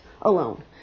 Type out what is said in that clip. alone